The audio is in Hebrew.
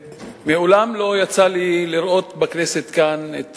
מעולם לא יצא לי לראות בכנסת כאן את